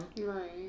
Right